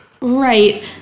right